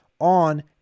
on